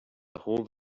ahold